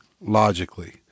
logically